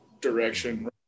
direction